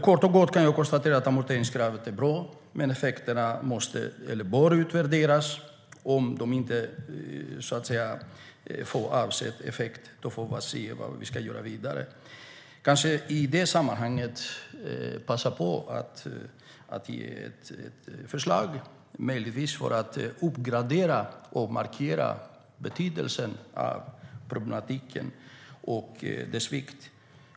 Kort och gott kan jag konstatera att amorteringskravet är bra men att effekterna bör utvärderas. Om kravet inte får avsedd effekt får vi se vad vi ska göra vidare. Jag kan i detta sammanhang passa på att ge ett förslag för att markera problematikens betydelse.